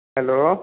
hello